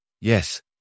Yes